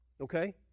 Okay